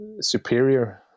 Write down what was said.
superior